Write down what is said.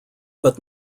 but